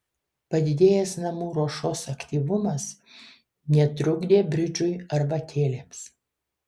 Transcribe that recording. padidėjęs namų ruošos aktyvumas netrukdė bridžui arbatėlėms